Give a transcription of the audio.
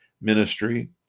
ministry